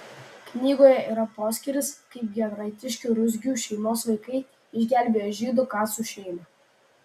knygoje yra poskyris kaip giedraitiškių ruzgių šeimos vaikai išgelbėjo žydų kacų šeimą